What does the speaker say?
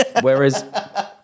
Whereas